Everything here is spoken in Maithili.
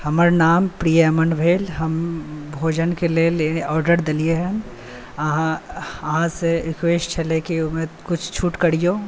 हमर नाम प्रिएमन भेल हम भोजनके लेल ऑडर देलिए हँ अहाँ अहाँसँ रिक्वेस्ट छलै कि ओहिमे किछु छूट करिऔ